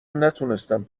نتونستم